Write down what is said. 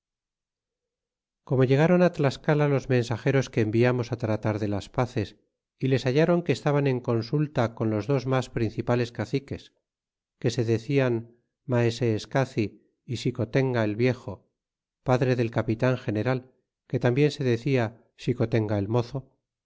como ilegáron tlascala los mensageros que enviamos tratar de las paces y les halláron que estaban en consulta los dos mes principales caciques que se decian maseescaci y xicotenga el viejo padre del capitan general que tambien se decia xicotertga el mozo